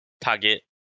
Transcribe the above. target